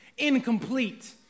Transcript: incomplete